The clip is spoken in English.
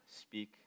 speak